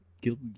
Guild